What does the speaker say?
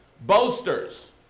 Boasters